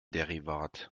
derivat